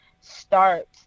start